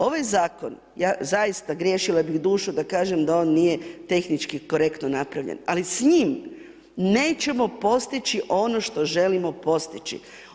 Ovaj Zakon, ja zaista, griješila bih dušu da kažem da on nije tehnički korektno napravljen, ali s njim nećemo postići ono što želimo postići.